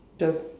does